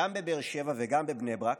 גם בבאר שבע וגם בבני ברק,